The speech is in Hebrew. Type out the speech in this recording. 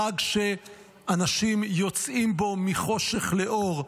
חג שאנשים יוצאים בו מחושך לאור.